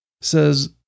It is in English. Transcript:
says